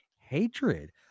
hatred